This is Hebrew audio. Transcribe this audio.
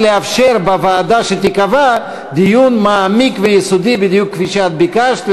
כדי לאפשר בוועדה שתיקבע דיון מעמיק ויסודי בדיוק כמו שאת ביקשת,